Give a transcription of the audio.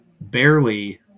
barely